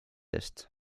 eest